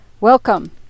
Welcome